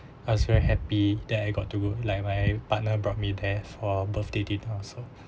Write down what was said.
I was very happy that I got to go like my partner brought me there for birthday dinner also